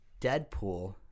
Deadpool